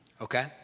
Okay